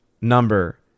number